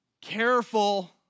careful